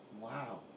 Wow